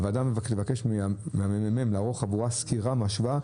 הוועדה מבקשת מן הממ"מ לערוך עבורה סקירה משווה,